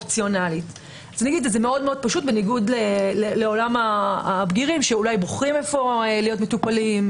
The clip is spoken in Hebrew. זה מאוד פשוט בניגוד לעולם הבגירים שאולי בוחרים היכן להיות מטופלים,